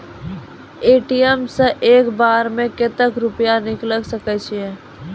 ATM सऽ एक बार म कत्तेक रुपिया निकालि सकै छियै?